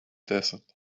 desert